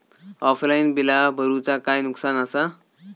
Offline बिला भरूचा काय नुकसान आसा?